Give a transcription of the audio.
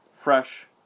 fresh